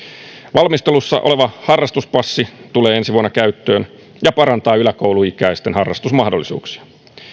valmistelussa oleva harrastuspassi tulee ensi vuonna käyttöön ja parantaa yläkoulu ikäisten harrastusmahdollisuuksia